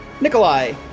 Nikolai